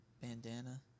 Bandana